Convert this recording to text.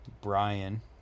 brian